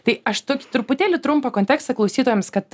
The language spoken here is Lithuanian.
tai aš tokį truputėlį trumpą kontekstą klausytojams kad